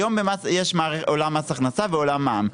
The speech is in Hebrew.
היום יש עולם מס הכנסה ועולם מע"מ,